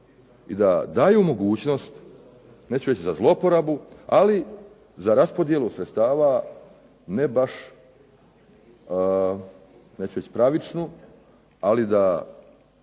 i da daju mogućnost, neću reći za zlouporabu, ali za raspodjelu sredstva, neću reći pravičnu, ali da